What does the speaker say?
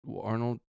Arnold